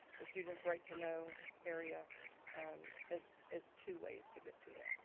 the student's right to know area um is is two ways to get to it.